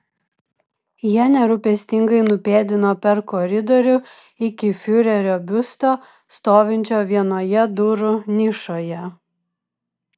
jie nerūpestingai nupėdino per koridorių iki fiurerio biusto stovinčio vienoje durų nišoje